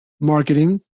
marketing